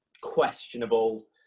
questionable